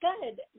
good